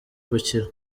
gukira